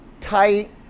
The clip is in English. tight